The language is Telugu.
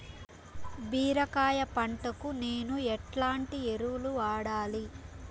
బీరకాయ పంటకు నేను ఎట్లాంటి ఎరువులు వాడాలి?